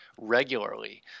regularly